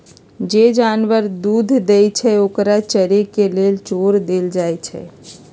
जे जानवर दूध देई छई ओकरा चरे के लेल छोर देल जाई छई